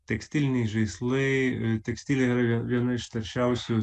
tekstiliniai žaislai tekstilė yra vie viena iš taršiausių